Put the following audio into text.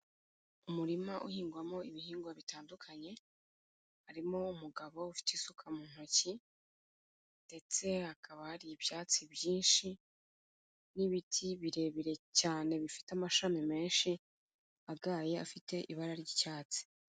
Umurima uhingwamo ibihingwa bitandukanye, harimo umugabo ufite isuka mu ntoki, ndetse hakaba hari ibyatsi byinshi n'ibiti birebire cyane bifite amashami menshi agaye afite ibara ry'icyatsi.